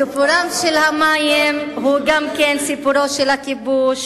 הסיפור של המים הוא גם כן סיפורו של הכיבוש,